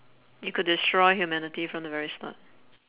you could destroy humanity from the very start